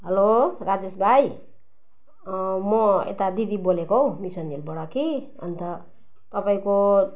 hello Rajesh भाइ म यता दिदी बोलेको हौ मिसन गेटबाट कि अनि त तपाईँको